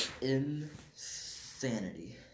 Insanity